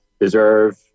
deserve